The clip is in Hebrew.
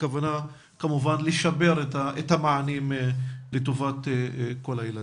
הכוונה כמובן לשפר את המענים לטובת כל הילדים.